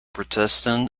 protestant